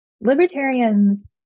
libertarians